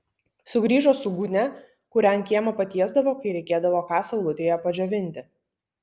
sugrįžo su gūnia kurią ant kiemo patiesdavo kai reikėdavo ką saulutėje padžiovinti